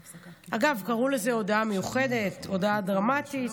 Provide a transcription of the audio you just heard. אגב, קראו לזה הודעה מיוחדת, הודעה דרמטית.